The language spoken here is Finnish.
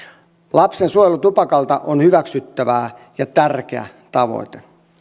lapsen suojelu tupakalta on hyväksyttävää ja tärkeä tavoite